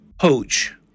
poach